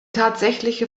tatsächliche